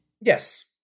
yes